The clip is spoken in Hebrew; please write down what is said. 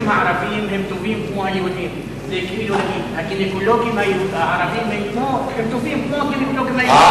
זה כאילו להגיד: הגינקולוגים הערבים טובים כמו הגינקולוגים היהודים.